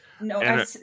No